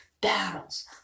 battles